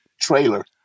trailer